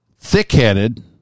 thick-headed